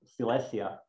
Silesia